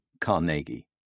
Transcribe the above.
Carnegie